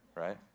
right